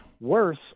worse